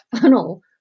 funnel